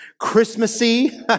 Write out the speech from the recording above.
Christmassy